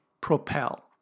propel